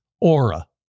Aura